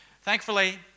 Thankfully